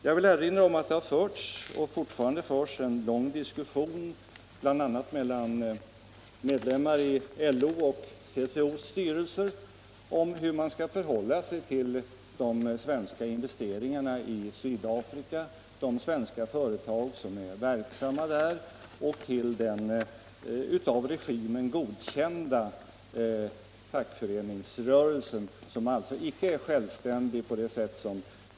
Jag vill erinra om att det har förts och fortfarande förs en lång diskussion, bl.a. mellan medlemmar i LO:s och TCO:s styrelser, om hur man skall förhålla sig till de svenska investeringarna i Sydafrika, till de svenska företag som är verksamma där och till den av regimen godkända fackföreningsrörelsen, som alltså icke är självständig.